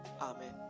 Amen